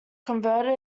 converted